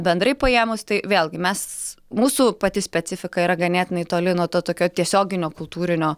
bendrai paėmus tai vėlgi mes mūsų pati specifika yra ganėtinai toli nuo to tokio tiesioginio kultūrinio